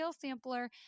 sampler